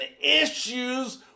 issues